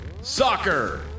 Soccer